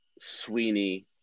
Sweeney